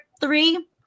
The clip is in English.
three